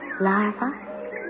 larva